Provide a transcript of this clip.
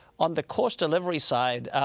on the course delivery side,